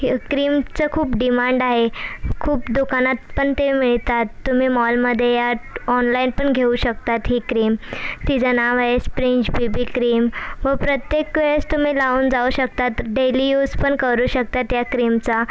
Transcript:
क्रीमचं खूप डिमांड आहे खूप दुकानात पण ते मिळतात तुम्ही मॉलमध्ये या ऑनलाईन पण घेऊ शकतात ही क्रीम तिचं नाव आहे स्प्रिंज बेबी क्रीम व प्रत्येक वेळेस तुम्ही लावून जाऊ शकतात डेली यूस पण करू शकता त्या क्रीमचा